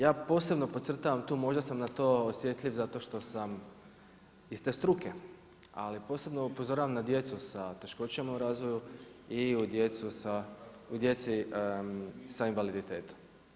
Ja posebno podcrtavam tu, možda sam na to osjetljiv zato što sam iz te struke, ali posebno upozoravam na djecu sa teškoćama u razvoju i u djecu sa invaliditetom.